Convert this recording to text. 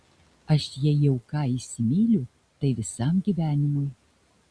aš jei jau ką įsimyliu tai visam gyvenimui